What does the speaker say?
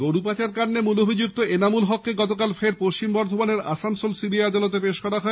গরু পাচার কান্ডে মূল অভিযুক্ত এনামূল হককে গতকাল ফের পশ্চিম বর্ধমানের আসানসোল সিবিআই আদালতে তোলা হয়